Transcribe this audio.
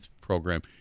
program